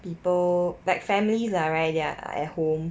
people like families ah right they are at home